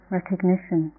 recognition